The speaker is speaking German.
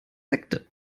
sekte